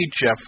Jeff